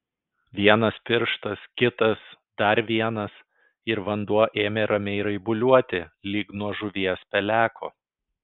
vienas pirštas kitas dar vienas ir vanduo ėmė ramiai raibuliuoti lyg nuo žuvies peleko